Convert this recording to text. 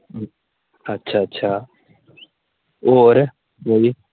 अच्छा अच्छा होर कोई